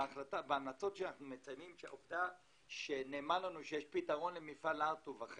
בהמלצות שלנו ציינו שהעובדה שנאמר לנו שיש פתרון אחר